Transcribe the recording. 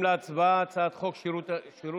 כשאני הגשתי את הצעת החוק הזאת מהאופוזיציה,